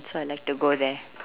so I like to go there